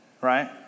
right